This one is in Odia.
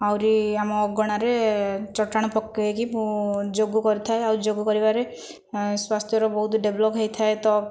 ଆହୁରି ଆମ ଅଗଣାରେ ଚଟାଣ ପକାଇକି ମୁଁ ଯୋଗ କରିଥାଏ ଆଉ ଯୋଗ କରିବାରେ ସ୍ୱାସ୍ଥ୍ୟର ବହୁତ ଡେଭେଲପ ହୋଇଥାଏ ତ